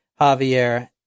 Javier